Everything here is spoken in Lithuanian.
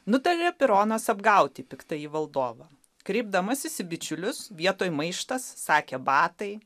nutarė tironas apgauti piktąjį valdovą kreipdamasis į bičiulius vietoj maištas sakė batai